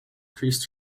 increased